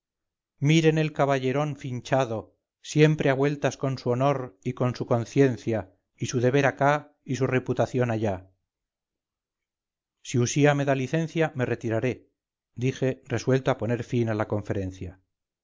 miren el caballerón finchado siempre a vueltas con su honor y su conciencia y su deber acá y su reputación allá si usía me da licencia me retiraré dije resuelto a poner fin a la conferencia